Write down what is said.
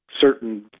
certain